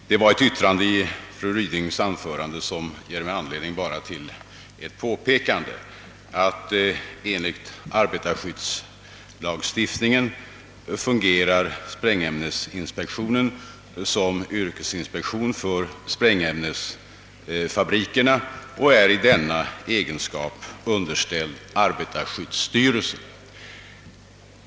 Herr talman! Ett yttrande av fru Ryding ger mig anledning att påpeka att enligt arbetarskyddslagstiftningen fungerar sprängämnesinspektionen som yrkesinspektion för sprängämnesfabrikerna och är i detta avseende underställd arbetarskyddsstyrelsen.